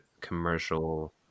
commercial